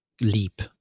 leap